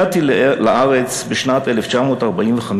הגעתי לארץ בשנת 1945,